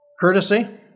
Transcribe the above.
courtesy